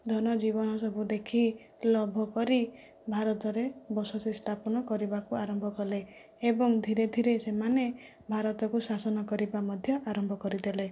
ଧନ ଜୀବନ ସବୁ ଦେଖି ଲୋଭ କରି ଭାରତରେ ବସତି ସ୍ଥାପନ କରିବାକୁ ଆରମ୍ଭ କଲେ ଏବଂ ଧୀରେ ଧୀରେ ସେମାନେ ଭାରତକୁ ଶାସନ କରିବା ମଧ୍ୟ ଆରମ୍ଭ କରିଦେଲେ